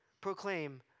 proclaim